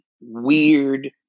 weird